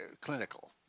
clinical